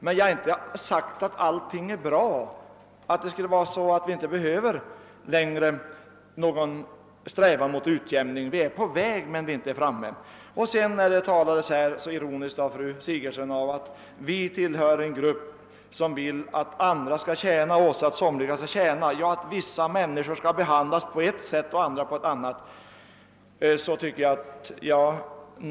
Men jag har inte sagt att allting skulle vara så bra att vi inte längre behöver sträva mot en utjämning. Vi är på väg men vi är ännu inte framme. Sedan talade fru Sigurdsen ironiskt om att vi tillhör en grupp som vill att andra skall tjäna oss, att bara somliga skall tjäna. Vi vill, säger hon, att vissa människor skall behandlas på ett sätt, andra på ett annat.